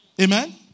Amen